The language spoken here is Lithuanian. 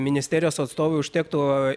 ministerijos atstovui užtektų